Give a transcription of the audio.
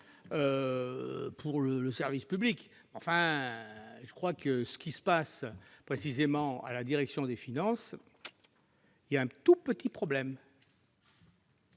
-pour le service public. Mais je crois que ce qui se passe précisément à la direction des finances pose légèrement problème.